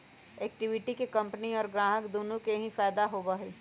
equity के company और ग्राहक दुन्नो के ही फायद दा होबा हई